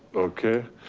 okay,